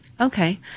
Okay